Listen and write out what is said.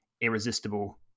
irresistible